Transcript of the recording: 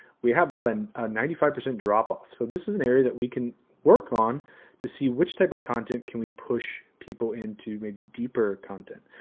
we have but about a ninety five percent drop-off. so, this is an area that we can work on to see which type of content can we push people into maybe deeper content.